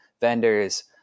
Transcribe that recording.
vendors